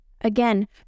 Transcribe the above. Again